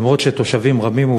למרות שתושבים רבים,